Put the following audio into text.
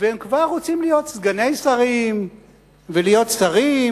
והם כבר רוצים להיות סגני שרים ולהיות שרים.